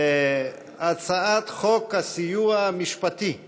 הצעת חוק הסיוע המשפטי (תיקון,